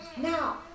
Now